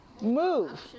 move